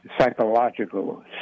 psychological